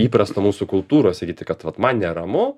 įprasta mūsų kultūroj sakyti kad vat man neramu